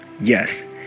Yes